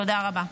תודה רבה.